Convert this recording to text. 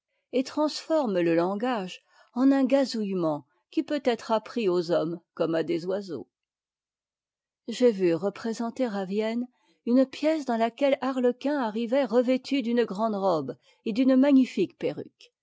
et transforme le langage en un gazouillement qui peut être appris aux hommes comme à des oiseaux j'ai vu représenter à vienne une pièce dans laquelle arlequin arrivait revêtu d'une grande robe et d'une magnifique perruque